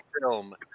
film